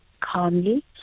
calmly